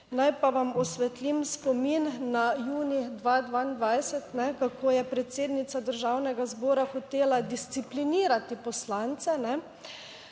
Naj pa vam osvetlim spomin na junij 2022, kako je predsednica državnega zbora hotela disciplinirati poslance,